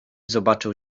zobaczył